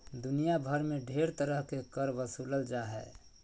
दुनिया भर मे ढेर तरह के कर बसूलल जा हय